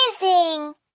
amazing